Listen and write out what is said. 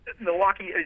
Milwaukee